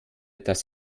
dass